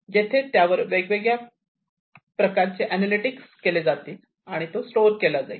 जेथे त्यावर वेगवेगळे अनॅलिटिकस केले जातील आणि तो स्टोअर केला जाईल